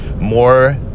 more